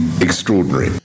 extraordinary